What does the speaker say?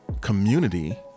community